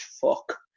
fuck